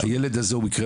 הילד הזה הוא מקרה